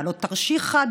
מעלות-תרשיחא,